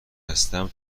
هستم